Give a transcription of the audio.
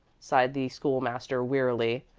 sighed the school-master, wearily.